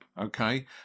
Okay